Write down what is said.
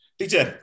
Teacher